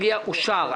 34-017 אושרה.